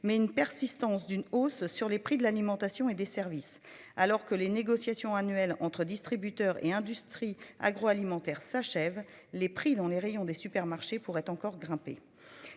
Mais une persistance d'une hausse sur les prix de l'alimentation et des services, alors que les négociations annuelles entre distributeurs et industries agroalimentaires s'achève, les prix dans les rayons des supermarchés pourrait encore grimper.